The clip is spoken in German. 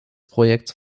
projektes